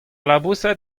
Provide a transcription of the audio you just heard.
laboused